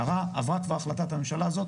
עברה כבר החלטת הממשלה הזאת,